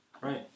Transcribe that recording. Right